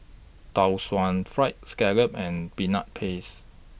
Tau Suan Fried Scallop and Peanut Paste